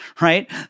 right